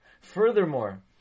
Furthermore